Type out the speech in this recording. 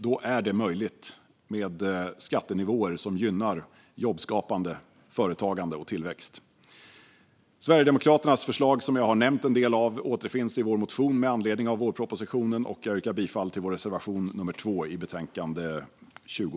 Då är det möjligt att ha skattenivåer som gynnar jobbskapande, företagande och tillväxt. Sverigedemokraternas förslag, som jag nämnt delar av, återfinns i vår motion med anledning av vårpropositionen. Jag yrkar bifall till vår reservation nummer 2 i betänkande FiU20.